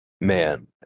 man